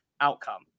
outcome